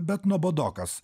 bet nuobodokas